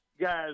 guys